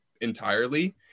entirely